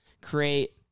create